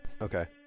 Okay